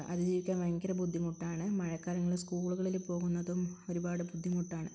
അതിജീവിക്കാൻ ഭയങ്കരം ബുദ്ധിമുട്ടാണ് മഴക്കാലങ്ങളില് സ്കൂളുകളില് പോകുന്നതും ഒരുപാട് ബുദ്ധിമുട്ടാണ്